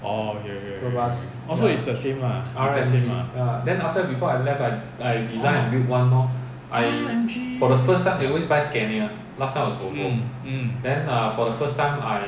orh okay okay okay oh so it's the same lah it's the same lah !wah! R_M_G mm mm